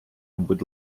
будь